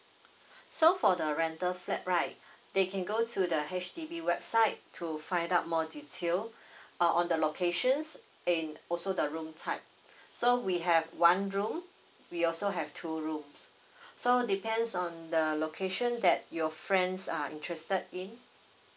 so for the rental flat right they can go to the H_D_B website to find out more detail uh on the locations and also the room type so we have one room we also have two rooms so depends on the location that your friends are interested in